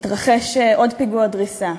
התרחש עוד פיגוע דריסה.